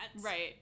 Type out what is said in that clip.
Right